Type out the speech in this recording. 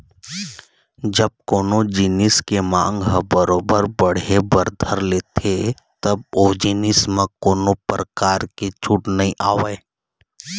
जब कोनो जिनिस के मांग ह बरोबर बढ़े बर धर लेथे तब ओ जिनिस म कोनो परकार के छूट नइ आवय